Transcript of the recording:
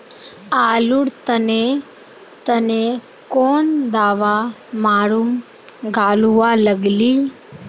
आलूर तने तने कौन दावा मारूम गालुवा लगली?